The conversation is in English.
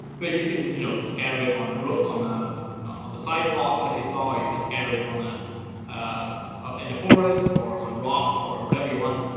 but you can you know scatter it on a row on the on the sidewalks, like you saw. or you can scatter it on the in the forest or on rocks or whatever you want.